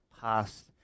past